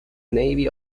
navy